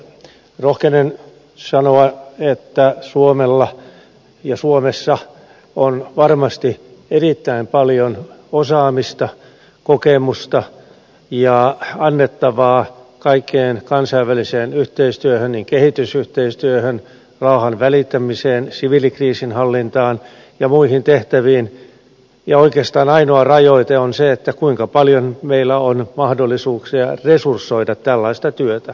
rohkenen sanoa että suomella ja suomessa on varmasti erittäin paljon osaamista kokemusta ja annettavaa kaikkeen kansainväliseen yhteistyöhön niin kehitysyhteistyöhön rauhan välittämiseen siviilikriisinhallintaan kuin muihin tehtäviin ja oikeastaan ainoa rajoite on se kuinka paljon meillä on mahdollisuuksia resursoida tällaista työtä